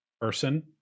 person